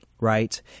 right